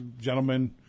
gentlemen